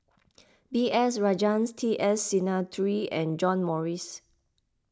B S Rajhans T S Sinnathuray and John Morrice